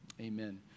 Amen